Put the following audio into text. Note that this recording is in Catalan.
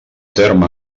terme